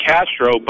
Castro